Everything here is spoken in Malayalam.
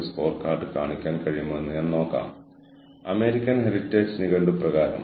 ഇപ്പോൾ ഈ ക്രമാനുഗതമായ വ്യാഖ്യാനങ്ങൾക്ക് സുസ്ഥിരതയുടെ ചില ഓർഗനൈസേഷണൽ ഇഫക്റ്റുകൾ ഉണ്ട്